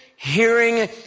Hearing